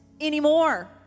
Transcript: anymore